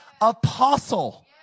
apostle